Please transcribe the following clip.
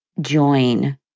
join